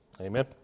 Amen